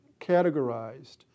categorized